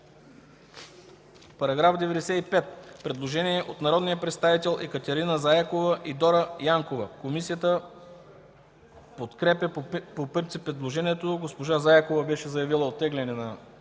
По § 95 има предложение от народните представители Екатерина Заякова и Дора Янкова. Комисията подкрепя по принцип предложението. Госпожа Заякова беше заявила оттегляне на